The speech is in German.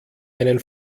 einen